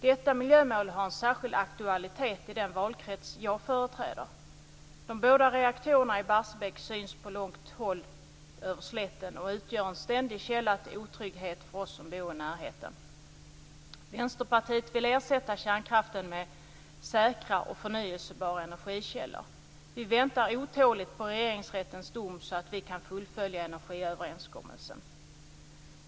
Detta miljömål har en särskild aktualitet i den valkrets som jag företräder. De båda reaktorerna i Barsebäck syns på långt håll över slätten och utgör en ständig källa till otrygghet för oss som bor i närheten. Vänsterpartiet vill ersätta kärnkraften med säkra och förnybara energikällor. Vi väntar otåligt på regeringsrättens dom så att vi kan fullfölja energiöverenskommelsen.